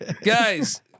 Guys